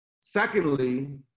Secondly